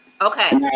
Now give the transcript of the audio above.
Okay